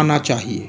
आना चाहिए